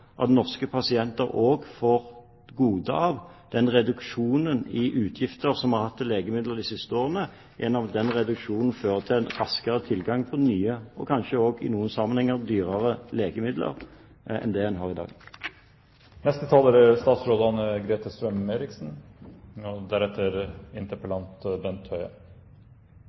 at det fører til endringer som gjør at den reduksjonen i utgifter som vi har hatt til legemidler de siste årene, også kommer norske pasienter til gode. Jeg håper at man gjennom den reduksjonen vil få raskere tilgang på nye, og kanskje også i noen sammenhenger dyrere, legemidler enn det man har i dag. Legemidler er